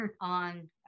on